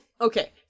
Okay